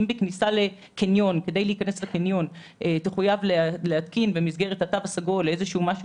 אם כדי להיכנס לקניון תחויב במסגרת התו הסגול להתקין משהו